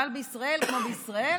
אבל בישראל כמו בישראל